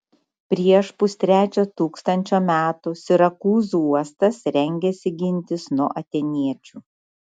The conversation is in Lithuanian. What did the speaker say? prieš pustrečio tūkstančio metų sirakūzų uostas rengėsi gintis nuo atėniečių